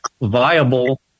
viable